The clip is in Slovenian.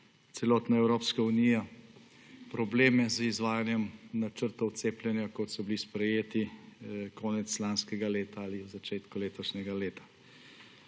celotna Evropska unija probleme z izvajanjem načrtov cepljenja, kot so bili sprejeti konec lanskega leta ali v začetku letošnjega leta.